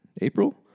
April